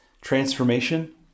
transformation